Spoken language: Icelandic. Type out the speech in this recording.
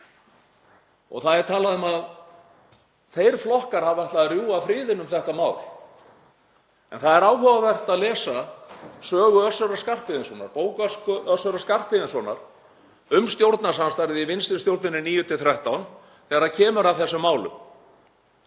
Það er talað um að þeir flokkar hafi ætlað að rjúfa friðinn um þetta mál en það er áhugavert að lesa sögu Össurar Skarphéðinssonar, bók Össurar Skarphéðinssonar um stjórnarsamstarfið í vinstri stjórninni 2009–2013, þegar kemur að þessum málum